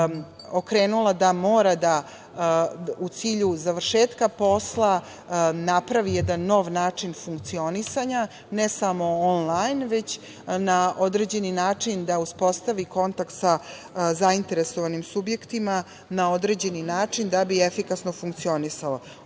da mora da u cilju završetka posla napravi jedan nov način funkcionisanja, ne samo onlajn, već na određeni način da uspostavi kontakt sa zainteresovanim subjektima na određeni način da bi efikasno funkcionisala. Ono